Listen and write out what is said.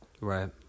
Right